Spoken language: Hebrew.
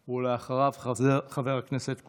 אחריו, חבר הכנסת קושניר.